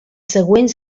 següent